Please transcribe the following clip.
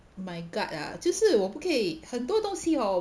my gut ah 就是我不可以很多东西 hor